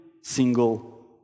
single